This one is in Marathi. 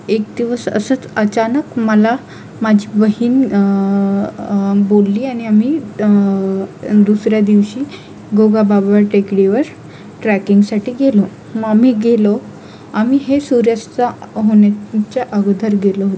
एक दिवस असंच अचानक मला माझी बहिण बोलली आणि आम्ही दुसऱ्या दिवशी गोगाबाबा टेकडीवर ट्रॅकिंगसाठी गेलो मग आम्ही गेलो आम्ही हे सूर्यास्त होण्याच्या अगोदर गेलो होतो